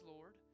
Lord